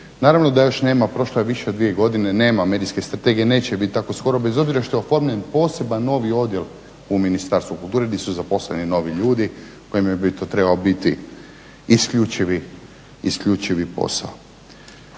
Naravno da još nema, a prošle je više od dvije godine, nema medijske strategije i neće je biti tako skoro, bez obzira što je oformljen poseban novi odjel u Ministarstvu kulture gdje su zaposleni novi ljudi kojima bi to trebao biti isključivi posao.